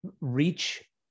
reach